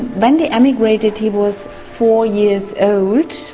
when they emigrated he was four years old.